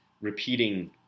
repeating